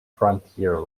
frontier